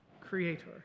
creator